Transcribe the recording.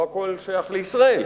לא הכול שייך לישראל,